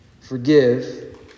Forgive